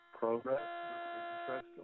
progress